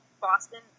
Boston